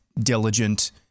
Diligent